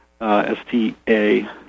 S-T-A